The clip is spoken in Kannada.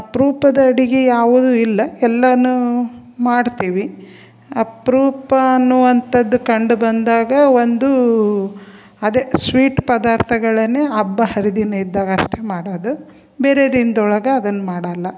ಅಪ್ರೂಪದ ಅಡ್ಗೆ ಯಾವುದೂ ಇಲ್ಲ ಎಲ್ಲನೂ ಮಾಡ್ತೀವಿ ಅಪರೂಪ ಅನ್ನುವಂಥದ್ದು ಕಂಡು ಬಂದಾಗ ಒಂದು ಅದೇ ಸ್ವೀಟ್ ಪದಾರ್ಥಗಳನ್ನೇ ಹಬ್ಬ ಹರಿದಿನ ಇದ್ದಾಗಷ್ಟೆ ಮಾಡೋದು ಬೇರೆ ದಿನ್ದೊಳಗೆ ಅದನ್ನು ಮಾಡಲ್ಲ